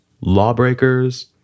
Lawbreakers